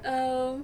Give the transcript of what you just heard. um